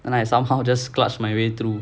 and I somehow just clutched my way through